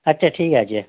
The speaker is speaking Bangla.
আচ্ছা ঠিক আছে